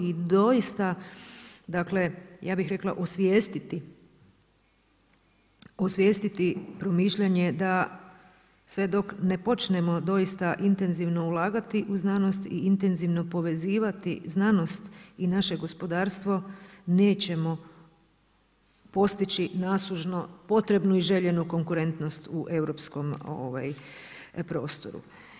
I doista dakle ja bih rekla osvijestiti promišljanje da sve dok ne počnemo doista intenzivno ulagati u znanost i intenzivno povezivati znanost i naše gospodarstvo nećemo postići nasužno potrebnu i željenu konkurentnost u europskom prostoru.